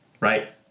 right